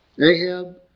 Ahab